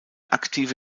aktive